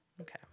Okay